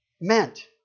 meant